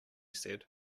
said